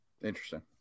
Interesting